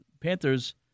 Panthers